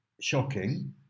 shocking